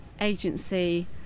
agency